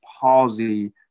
palsy